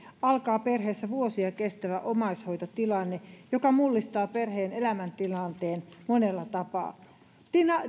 alkaa perheessä vuosia kestävä omais hoitotilanne joka mullistaa perheen elämäntilanteen monella tapaa